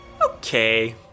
Okay